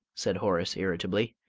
said horace, irritably.